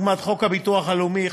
לדוגמה: חוק הביטוח הלאומי,